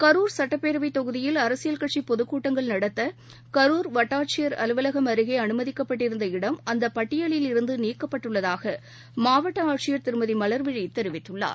கரூர் சட்டப்பேரவைத் தொகுதியில் அரசியல் கட்சிபொதுக் கூட்டங்கள் நடத்தகரூர் வட்டாட்சியர் அருகேஅனுமதிக்கப்பட்டிருந்த இடம் பட்டியலில் அந்தப் அலுவலகம் இருந்துநீக்கப்பட்டுள்ளதாகமாவட்டஆட்சியர் திருமதிமலர்விழிதெரிவித்துள்ளார்